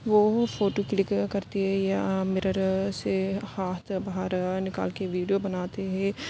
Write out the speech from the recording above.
وہ بھی photo click کرتی ہے یا میرر سے ہاتھ باہر نکال کے ویڈیو بناتی ہے